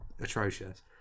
atrocious